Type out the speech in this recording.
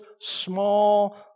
small